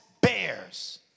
bears